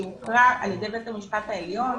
היא הוכרה על ידי בית משפט עליון,